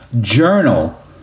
journal